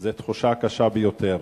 זאת תחושה קשה ביותר.